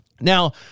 Now